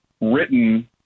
written